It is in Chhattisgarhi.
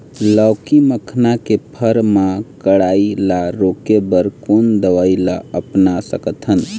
लाउकी मखना के फर मा कढ़ाई ला रोके बर कोन दवई ला अपना सकथन?